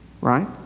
right